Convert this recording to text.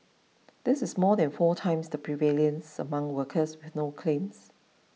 this is more than four times the prevalence among workers with no claims